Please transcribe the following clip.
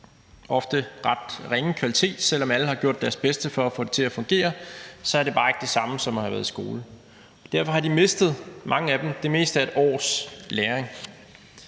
ofte ret ringe kvalitet. Selv om alle har gjort deres bedste for at få det til at fungere, er det bare ikke det samme som at have været i skole. Derfor har mange af dem mistet det meste af 1 års læring.